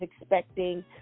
expecting